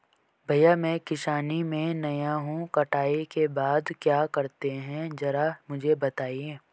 भैया मैं किसानी में नया हूं कटाई के बाद क्या करते हैं जरा मुझे बताएं?